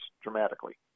dramatically